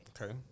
Okay